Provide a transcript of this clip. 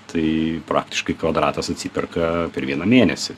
tai praktiškai kvadratas atsiperka per vieną mėnesį